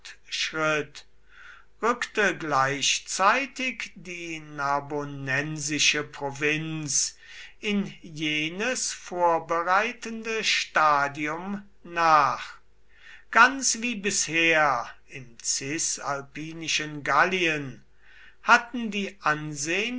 rückte gleichzeitig die narbonensische provinz in jenes vorbereitende stadium nach ganz wie bisher im cisalpinischen gallien hatten die